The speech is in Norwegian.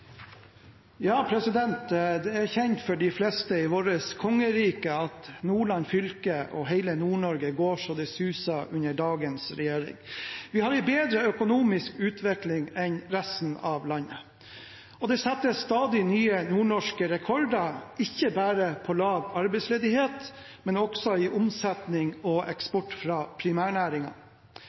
kjent for de fleste i vårt kongerike at Nordland fylke og hele Nord-Norge går så det suser under dagens regjering. Vi har en bedre økonomisk utvikling enn resten av landet. Det settes stadig nye nordnorske rekorder, ikke bare i lav arbeidsledighet, men også i omsetning og eksport fra